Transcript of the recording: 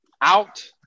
out